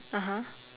(uh huh)